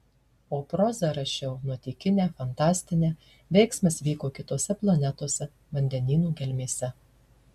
o prozą rašiau nuotykinę fantastinę veiksmas vyko kitose planetose vandenynų gelmėse